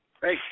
Hey